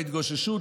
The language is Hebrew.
בהתגוששות,